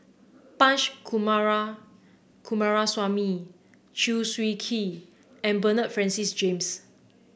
Punch Coomara Coomaraswamy Chew Swee Kee and Bernard Francis James